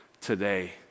today